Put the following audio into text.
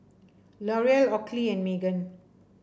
L'Oreal Oakley and Megan